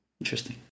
interesting